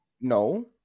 No